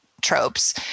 tropes